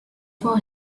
for